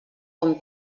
bon